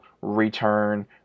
return